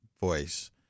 voice